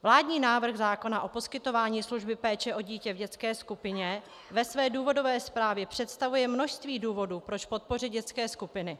Vládní návrh zákona o poskytování služby péče o dítě v dětské skupině ve své důvodové zprávě představuje množství důvodů, proč podpořit dětské skupiny.